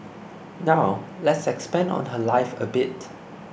now let's expand on her life a bit